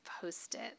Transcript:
post-it